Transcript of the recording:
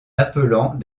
appelant